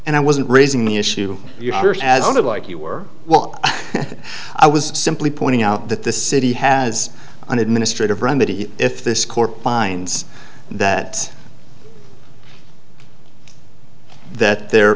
and i wasn't raising the issue as i would like you were well i was simply pointing out that the city has an administrative remedy if this court finds that that there